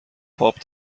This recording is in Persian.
پاپ